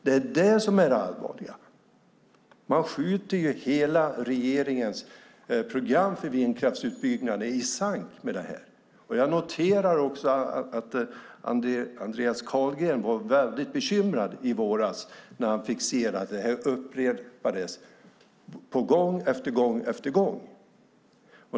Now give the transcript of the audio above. Det är det som är det allvarliga. Man skjuter hela regeringens program för vindkraftsutbyggnaden i sank med detta. Jag noterar också att Andreas Carlgren var väldigt bekymrad i våras när han fick se detta upprepas gång efter gång.